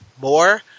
more